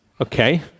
Okay